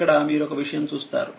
ఇక్కడమీరొక విషయం చూస్తారు